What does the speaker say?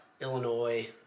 Illinois